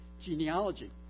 genealogy